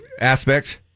aspects